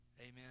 Amen